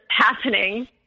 happening